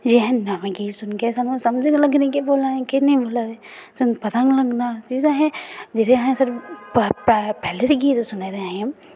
एह् नमें गीत सुनगे ते एह् असेंगी समझ निं लग्गनी की केह्ड़े गीत सुना अस एह् ते सानूं पता गै निं लग्गना की जेह्ड़े पैह्लें दे गीत सुने दे असें